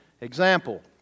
example